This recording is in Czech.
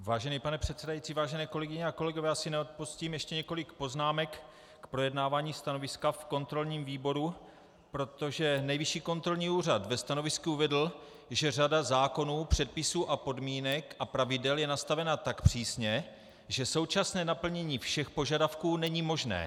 Vážený pane předsedající, vážené kolegyně a kolegové, já si neodpustím ještě několik poznámek k projednávání stanoviska v kontrolním výboru, protože Nejvyšší kontrolní úřad ve stanovisku uvedl, že řada zákonů, předpisů a podmínek a pravidel je nastavena tak přísně, že současné naplnění všech požadavků není možné.